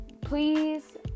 please